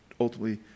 ultimately